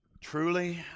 truly